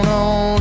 on